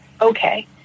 okay